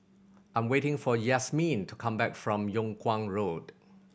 I'm waiting for Yasmeen to come back from Yung Kuang Road